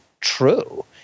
true